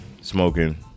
smoking